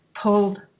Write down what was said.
pulled